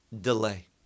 delay